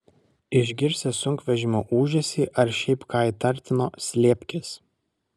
išgirsi sunkvežimio ūžesį ar šiaip ką įtartino slėpkis